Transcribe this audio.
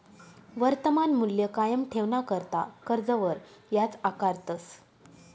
वर्तमान मूल्य कायम ठेवाणाकरता कर्जवर याज आकारतस